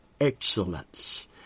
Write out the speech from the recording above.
excellence